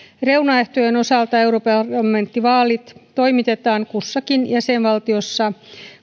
reunaehtojen osalta europarlamenttivaalit toimitetaan kussakin jäsenvaltiossa